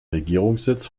regierungssitz